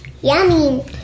Yummy